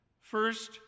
First